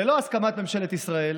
ללא הסכמת ממשלת ישראל